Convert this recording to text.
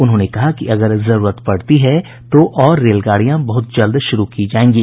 उन्होंने कहा कि अगर जरूरत पड़ती है तो और रेलगाड़ियां बहुत जल्द शुरू की जाएंगी